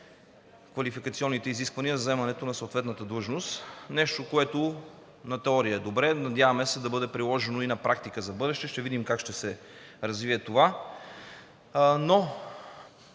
квалификационните изисквания за заемането на съответната длъжност, нещо, което на теория е добре, и се надяваме да бъде приложено и на практика за в бъдеще. Ще видим как ще се развие това.